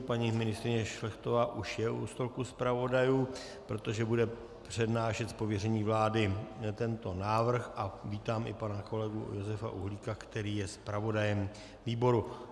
Paní ministryně Šlechtová už je u stolku zpravodajů, protože bude přednášet z pověření vlády tento návrh, a vítám i pana kolegu Josefa Uhlíka, který je zpravodajem výboru.